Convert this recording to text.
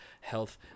health